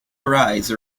arise